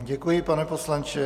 Děkuji, pane poslanče.